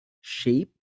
shape